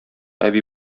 әби